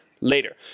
later